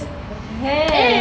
the hell